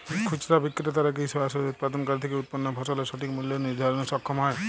খুচরা বিক্রেতারা কী সরাসরি উৎপাদনকারী থেকে উৎপন্ন ফসলের সঠিক মূল্য নির্ধারণে সক্ষম হয়?